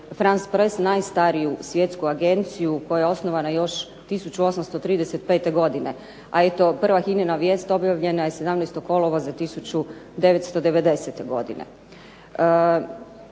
razumije se./… najstariju svjetsku agenciju koja je osnovana još 1835. godine, a eto prvo HINA-ina vijest objavljenja je 17. kolovoza 1990. godine.